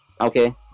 okay